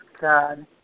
God